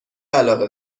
علاقه